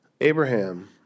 Abraham